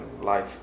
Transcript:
life